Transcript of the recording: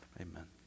Amen